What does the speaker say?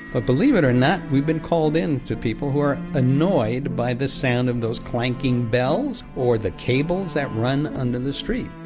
believe it or not, we've been called in by people who are annoyed by the sound of those clanking bells or the cables that run under the street.